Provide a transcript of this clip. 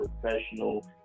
professional